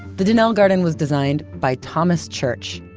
the donnell garden was designed by thomas church,